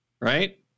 Right